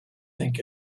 think